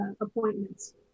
appointments